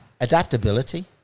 Adaptability